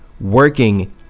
working